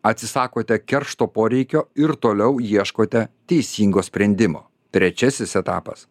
atsisakote keršto poreikio ir toliau ieškote teisingo sprendimo trečiasis etapas